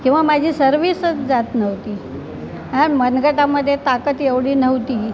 किंवा माझी सर्व्हिसच जात नव्हती हा मनगटामध्ये ताकद एवढी नव्हती